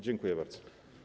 Dziękuję bardzo.